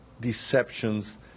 deceptions